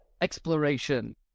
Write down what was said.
exploration